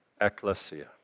Ecclesia